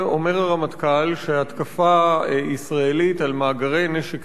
אומר הרמטכ"ל שהתקפה ישראלית על מאגרי נשק